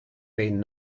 been